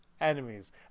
enemies